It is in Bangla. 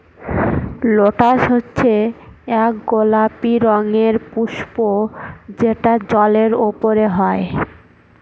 লোটাস হচ্ছে এক গোলাপি রঙের পুস্প যেটা জলের ওপরে হয়